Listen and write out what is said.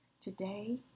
Today